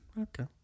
Okay